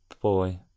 boy